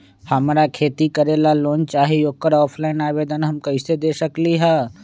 हमरा खेती करेला लोन चाहि ओकर ऑफलाइन आवेदन हम कईसे दे सकलि ह?